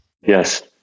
Yes